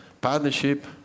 partnership